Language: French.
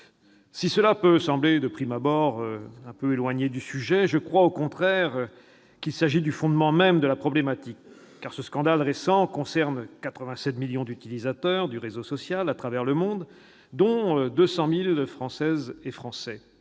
Si cela peut sembler, de prime abord, un peu loin du sujet, je crois au contraire qu'il s'agit du fondement même de la problématique. Ce scandale récent concerne 87 millions d'utilisateurs de ce réseau social à travers le monde, dont 200 000 Françaises et Français.